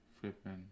Flipping